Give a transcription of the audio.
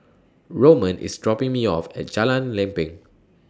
Roman IS dropping Me off At Jalan Lempeng